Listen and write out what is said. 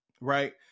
Right